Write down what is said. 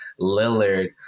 Lillard